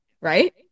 Right